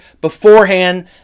beforehand